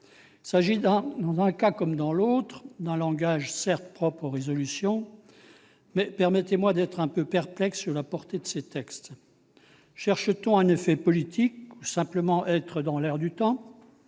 Il s'agit, dans un cas comme dans l'autre, d'un langage propre aux résolutions. Pourtant, permettez-moi d'être un peu perplexe sur la portée de ces textes. Cherche-t-on un effet politique ou s'agit-il simplement être dans l'air du temps ?